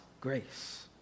grace